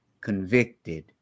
convicted